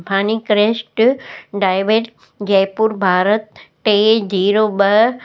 फ़ानीक्रस्ट ड्राइविड जयपुर भारत टे जीरो ॿ